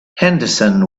henderson